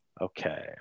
Okay